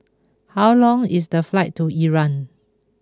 how long is the flight to Iran